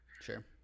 Sure